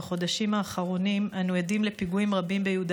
בחודשים האחרונים אנו עדים לפיגועים רבים ביהודה